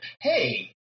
Hey